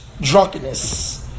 drunkenness